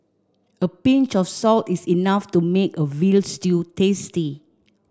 a pinch of salt is enough to make a veal stew tasty